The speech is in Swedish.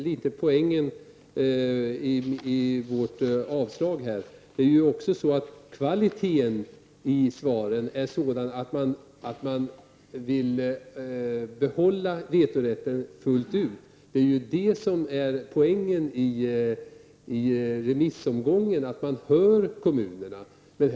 Litet av poängen i vårt yrkande gäller ju svarens kvalitet. Kommunerna vill behålla vetorätten fullt ut. Finessen med en remiss är att man hör vad kommunerna har att säga.